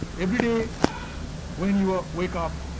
every day when you ah wake up,